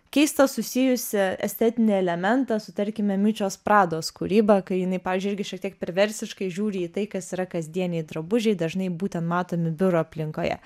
keistą susijusią estetinį elementą su tarkime mičios prados kūryba kai jinai pavyzdžiui irgi šiek tiek perversiškai žiūri į tai kas yra kasdieniai drabužiai dažnai būtent matomi biuro aplinkoje